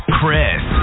Chris